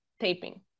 taping